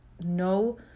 No